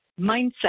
mindset